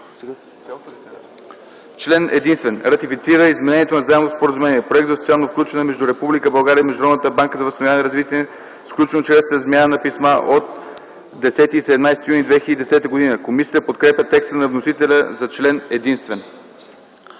„Член единствен. Ратифицира Изменението на заемното споразумение (Проект за социално включване) между Република България и Международната банка за възстановяване и развитие, сключено чрез размяна на писма от 10 и 17 юни 2010 г.” Комисията подкрепя текста на вносителя за Член единствен.